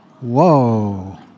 Whoa